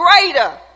greater